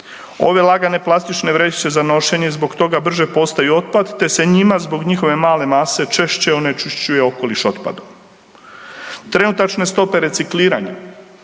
Ove lagane plastične vrećice za nošenje zbog toga brže postaju otpad te se njima zbog njihove male mase češće onečišćuje okoliš otpadom. Trenutačne stope recikliranja